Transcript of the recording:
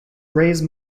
raise